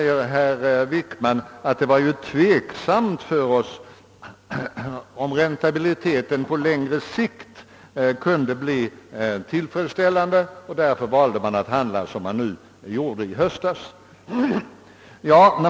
Herr Wickman säger att det i höstas tycktes tveksamt för regeringen, om räntabiliteten på längre sikt skulle kunna bli tillfredsställande. Därför valde man att handla som man nu gjorde i höstas.